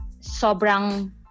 sobrang